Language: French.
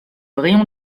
rayon